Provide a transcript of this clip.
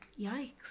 Yikes